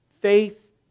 Faith